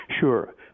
Sure